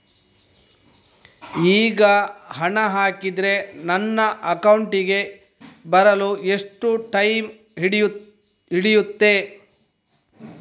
ಈಗ ಹಣ ಹಾಕಿದ್ರೆ ನನ್ನ ಅಕೌಂಟಿಗೆ ಬರಲು ಎಷ್ಟು ಟೈಮ್ ಹಿಡಿಯುತ್ತೆ?